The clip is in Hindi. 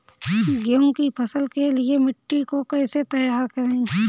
गेहूँ की फसल के लिए मिट्टी को कैसे तैयार करें?